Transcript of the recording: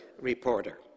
reporter